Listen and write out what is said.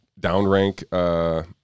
downrank